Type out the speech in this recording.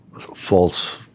false